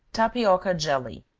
tapioca jelly.